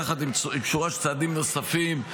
יחד עם שורה של צעדים נוספים,